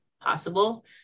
possible